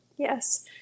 Yes